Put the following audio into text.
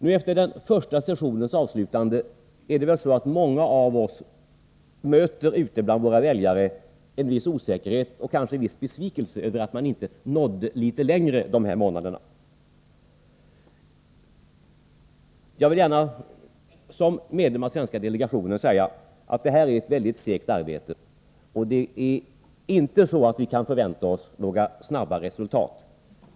Sedan den första sessionen avslutats möter väl många av oss en viss osäkerhet och kanske också en viss besvikelse bland våra väljare över att vi inte nådde litet längre under de här månaderna. Som medlem av den svenska delegationen vill jag gärna säga att det här är ett mycket segt arbete, och vi kan inte förvänta oss några snara resultat.